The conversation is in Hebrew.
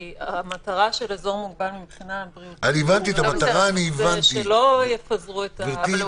כי המטרה של אזור מוגבל מבחינה בריאותית היא שלא יפזרו את --- הבנתי.